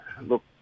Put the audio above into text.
look